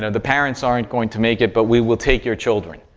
the parents aren't going to make it, but we will take your children,